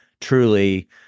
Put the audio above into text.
truly